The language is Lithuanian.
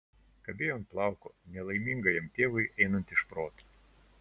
kabėjo ant plauko nelaimingajam tėvui einant iš proto